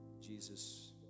Jesus